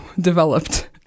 developed